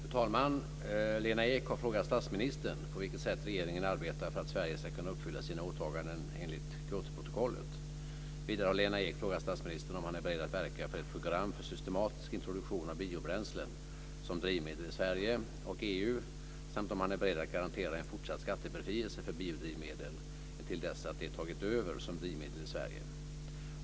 Fru talman! Lena Ek har frågat statsministern på vilket sätt regeringen arbetar för att Sverige ska kunna uppfylla sina åtaganden enligt Kyotoprotokollet. Vidare har Lena Ek frågat statsministern om han är beredd att verka för ett program för systematisk introduktion av biobränslen som drivmedel i Sverige och EU samt om han är beredd att garantera en fortsatt skattebefrielse för biodrivmedel intill dess att de tagit över som drivmedel i Sverige.